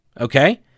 okay